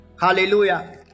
Hallelujah